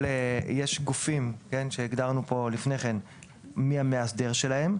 יש גופים שהגדרנו פה מי המאסדר שלהם.